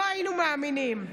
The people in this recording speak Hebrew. לא היינו מאמינים.